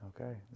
Okay